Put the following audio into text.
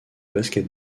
basket